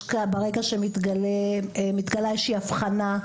ברגע שמתגלה איזושהי אבחנה,